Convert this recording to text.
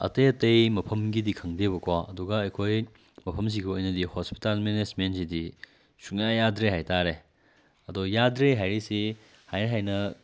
ꯑꯇꯩ ꯑꯇꯩ ꯃꯐꯝꯒꯤꯗꯤ ꯈꯪꯗꯦꯕꯀꯣ ꯑꯗꯨꯒ ꯑꯩꯈꯣꯏ ꯃꯐꯝꯁꯤꯒꯤ ꯑꯣꯏꯅꯗꯤ ꯍꯣꯁꯄꯤꯇꯥꯜ ꯃꯦꯅꯦꯖꯃꯦꯟꯁꯤꯗꯤ ꯁꯨꯡꯌꯥ ꯌꯥꯗ꯭ꯔꯦ ꯍꯥꯏꯇꯥꯔꯦ ꯑꯗꯣ ꯌꯥꯗ꯭ꯔꯦ ꯍꯥꯏꯔꯤꯁꯤ ꯍꯥꯏꯅ ꯍꯥꯏꯅ